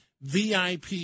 vip